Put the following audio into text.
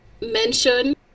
mention